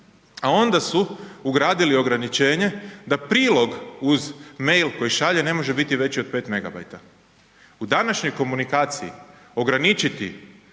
a onda su ugradili ograničenje da prilog uz mail koji šalje ne može biti veći od 5mb. U današnjoj komunikaciji ograničiti